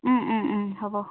হ'ব